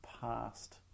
past